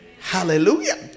Hallelujah